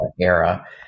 era